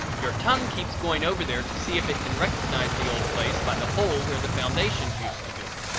your tongue keeps going over there to see if it can recognize the old place by the hole where the foundations used to be.